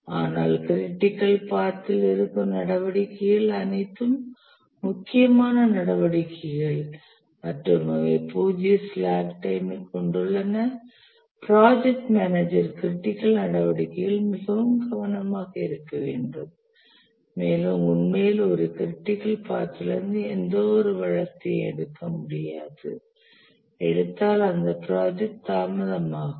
ஆனால் க்ரிட்டிக்கல் பாத்தில் இருக்கும் நடவடிக்கைகள் அனைத்தும் முக்கியமான நடவடிக்கைகள் மற்றும் அவை பூஜ்ஜிய ஸ்லாக் டைமைக் கொண்டுள்ளன ப்ராஜெக்ட் மேனேஜர் க்ரிட்டிக்கல் நடவடிக்கைகளில் மிகவும் கவனமாக இருக்க வேண்டும் மேலும் உண்மையில் ஒரு க்ரிட்டிக்கல் பாத்திலிருந்து எந்தவொரு வளத்தையும் எடுக்க முடியாது எடுத்தால் அந்த ப்ராஜெக்ட் தாமதமாகும்